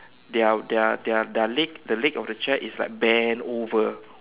their their their their leg the leg of the chair is like bent over